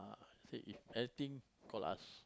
say if anything call us